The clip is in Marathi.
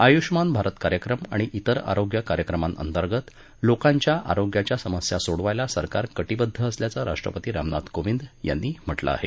आयूष्मान भारत कार्यक्रम आणि तिर आरोग्य कार्यक्रमाअंतर्गत लोकांच्या आरोग्याच्या समस्या सोडवायला सरकार कटीबद्ध असल्याचं राष्ट्रपती रामनाथ कोविंद यांनी म्हटलं आहे